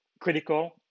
critical